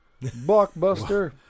Blockbuster